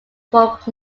folk